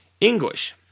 English